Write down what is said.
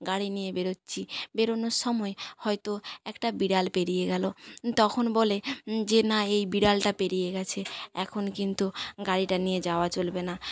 গাড়ি নিয়ে বেরোচ্ছি বেরোনোর সময় হয়তো একটা বিড়াল পেড়িয়ে গেল তখন বলে যে না এই বিড়ালটা পেড়িয়ে গেছে এখন কিন্তু গাড়িটা নিয়ে যাওয়া চলবে না